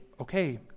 okay